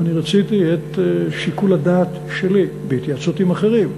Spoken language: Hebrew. אני רציתי את שיקול הדעת שלי, בהתייעצות עם אחרים,